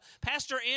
Pastor